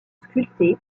sculptés